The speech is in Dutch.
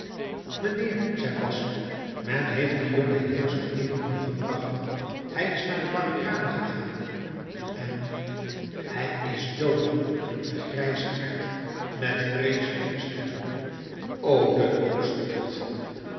mijnheer zei basque men heeft den jongenheer zooeven hier gebracht hij is naar de barricade gegaan en hij is dood riep de grijsaard met vreeselijke stem o de